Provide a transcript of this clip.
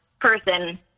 person